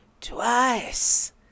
twice